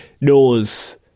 knows